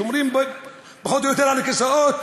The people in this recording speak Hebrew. שומרים פחות או יותר על הכיסאות,